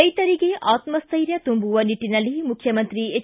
ರೈತರಿಗೆ ಆತ್ಪಟ್ಟೆರ್ಯ ತುಂಬುವ ನಿಟ್ಟನಲ್ಲಿ ಮುಖ್ಯಮಂತ್ರಿ ಹೆಚ್